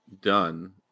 done